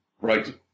Right